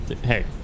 hey